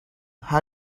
how